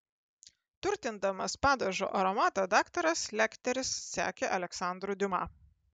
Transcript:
turtindamas padažo aromatą daktaras lekteris sekė aleksandru diuma